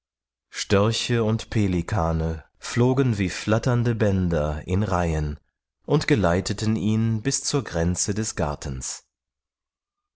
störche und pelikane flogen wie flatternde bänder in reihen und geleiteten ihn bis zur grenze des gartens